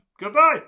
Goodbye